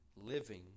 living